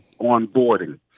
onboarding